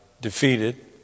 defeated